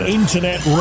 internet